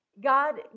God